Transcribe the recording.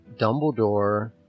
Dumbledore